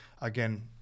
again